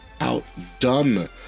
outdone